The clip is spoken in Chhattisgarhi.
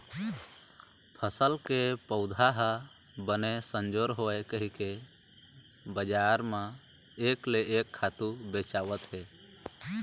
फसल के पउधा ह बने संजोर होवय कहिके बजार म एक ले एक खातू बेचावत हे